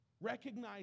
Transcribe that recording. Recognize